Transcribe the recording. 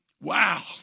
Wow